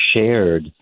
shared